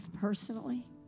personally